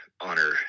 honor